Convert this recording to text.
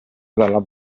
dalla